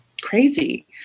crazy